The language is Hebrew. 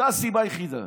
זו הסיבה היחידה.